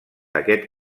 aquest